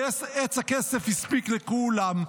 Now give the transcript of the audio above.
כי עץ הכסף הספיק לכולם.